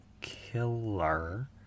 killer